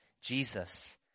Jesus